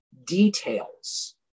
details